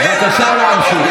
בבקשה להמשיך.